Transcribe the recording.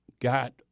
got